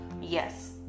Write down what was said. yes